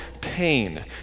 pain